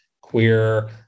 queer